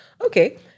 Okay